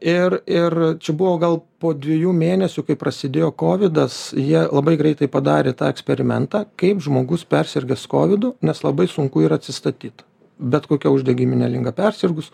ir ir čia buvo gal po dviejų mėnesių kai prasidėjo kovidas jie labai greitai padarė tą eksperimentą kaip žmogus persirgęs kovidu nes labai sunku yra atsistatyt bet kokia uždegimine liga persirgus